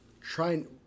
trying